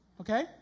Okay